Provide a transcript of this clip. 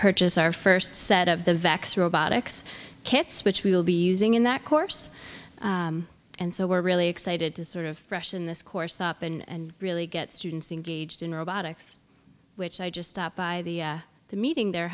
purchase our first set of the vax robotics kits which we will be using in that course and so we're really excited to sort of freshen this course up and really get students engaged in robotics which i just stop by the the meeting they're